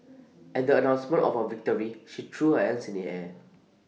at the announcement of her victory she threw her hands in the air